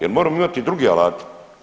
Jer moramo imati i druge alate.